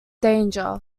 danger